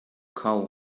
call